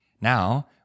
Now